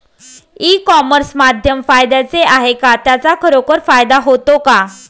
E commerce माध्यम फायद्याचे आहे का? त्याचा खरोखर फायदा होतो का?